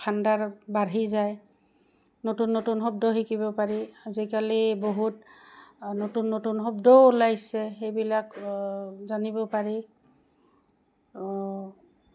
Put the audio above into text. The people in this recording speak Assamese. ভাণ্ডাৰ বাঢ়ি যায় নতুন নতুন শব্দ শিকিব পাৰি আজিকালি বহুত নতুন নতুন শব্দও ওলাইছে সেইবিলাক জানিব পাৰি